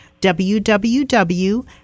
www